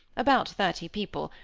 about thirty people,